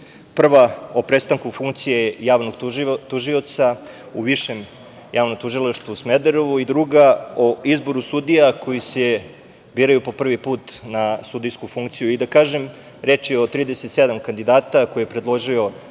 – o prestanku funkcije javnog tužioca u Višem javnom tužilaštvu u Smederevu i o izboru sudija koji se biraju po prvi put na sudijsku funkciju. Reč je o 37 kandidata koje je predložio